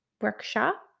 workshop